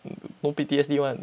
no P_T_S_D [one]